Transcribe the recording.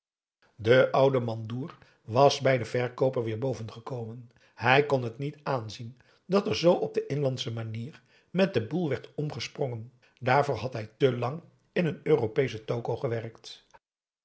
de oude mandoer was bij den veekooper weer bovengekomen hij kon het niet aanzien dat er zoo op de inlandsche manier met den boel werd omgesprongen dààrvoor had hij te lang in een europeesche toko gewerkt